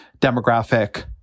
demographic